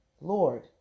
Lord